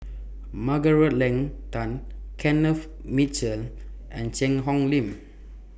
Margaret Leng Tan Kenneth Mitchell and Cheang Hong Lim